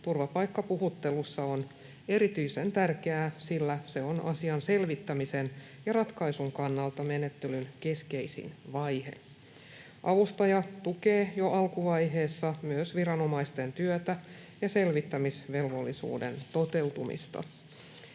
turvapaikkapuhuttelussa on erityisen tärkeää, sillä se on asian selvittämisen ja ratkaisun kannalta menettelyn keskeisin vaihe. Avustaja tukee jo alkuvaiheessa myös viranomaisten työtä ja selvittämisvelvollisuuden toteutumista.